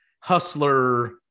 hustler